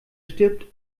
stirbt